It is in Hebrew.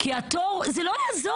כי התור, זה לא יעזור.